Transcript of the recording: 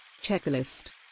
Checklist